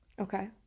Okay